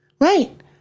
right